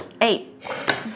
Eight